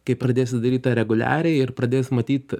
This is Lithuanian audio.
kai pradėsi daryt tą reguliariai ir pradėsi matyt